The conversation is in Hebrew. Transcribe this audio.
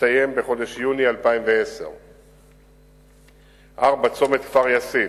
הסתיים בחודש יוני 2010. 4. צומת כפר-יאסיף,